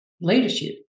leadership